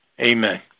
Amen